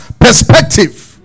perspective